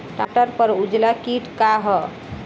टमाटर पर उजला किट का है?